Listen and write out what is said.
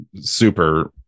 super